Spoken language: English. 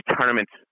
tournaments